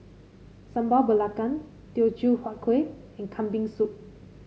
Sambal Belacan Teochew Huat Kueh and Kambing Soup